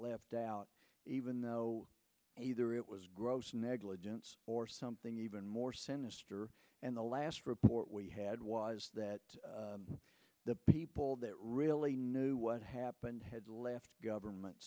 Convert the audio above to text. left out even though either it was gross negligence or something even more sinister and the last report we had was that the people that really knew what happened had left government